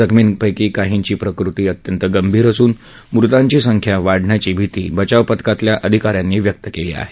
जखमींपैकी काहींची प्रकृती अत्यंत गंभीर असून मृतांची संख्या वाढण्याची भिती बचाव पथकातल्या अधिका यांनी व्यक्त केली आहे